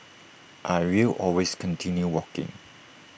I will always continue walking